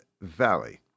Valley